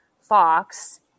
Fox